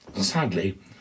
sadly